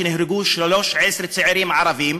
אז נהרגו 13 צעירים ערבים.